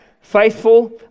Faithful